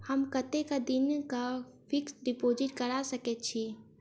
हम कतेक दिनक फिक्स्ड डिपोजिट करा सकैत छी?